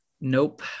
Nope